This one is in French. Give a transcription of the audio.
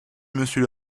monsieur